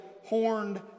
horned